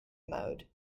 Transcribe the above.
mode